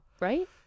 right